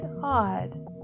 god